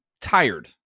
tired